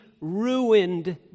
ruined